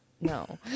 no